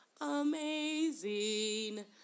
Amazing